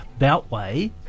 beltway